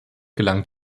gelang